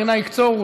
ברינה יקצורו,